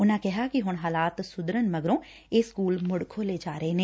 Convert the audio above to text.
ਉਨੂਾ ਕਿਹਾ ਕਿ ਹੁਣ ਹਾਲਾਤ ਸੁਧਾਰਨ ਮਗਰੋਂ ਇਹ ਸਕੁਲ ਮੁੜ ਖੋਲ੍ਹੇ ਜਾ ਰਹੇ ਨੇ